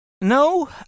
no